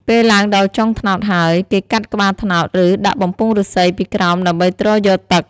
ពេលឡើងដល់ចុងត្នោតហើយ គេកាត់ផ្កាត្នោត ឬ ដាក់បំពង់ឫស្សីពីក្រោមដើម្បីទ្រយកទឹក។